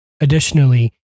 Additionally